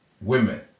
women